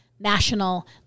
national